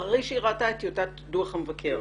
אחרי שהיא ראתה את טיוטת דוח המבקר.